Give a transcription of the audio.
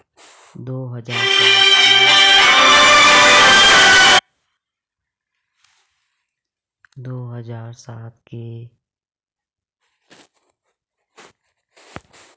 दो हज़ार सात के वित्तीय संकट के बाद अमेरिका ने हेज फंड पर कुछ पाबन्दी लगाई थी